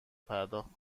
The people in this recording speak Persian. پرداخت